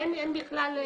ואין מכונת תיקוף.